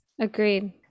Agreed